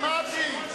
שמעתי.